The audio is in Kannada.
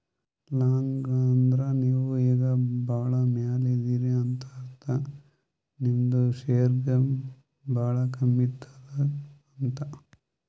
ಲಾಂಗ್ ಅಂದುರ್ ನೀವು ಈಗ ಭಾಳ ಮ್ಯಾಲ ಇದೀರಿ ಅಂತ ಅರ್ಥ ನಿಮ್ದು ಶೇರ್ಗ ಭಾಳ ಕಿಮ್ಮತ್ ಅದಾ ಅಂತ್